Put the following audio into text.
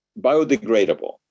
biodegradable